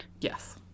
Yes